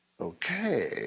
Okay